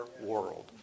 world